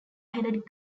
headed